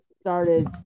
started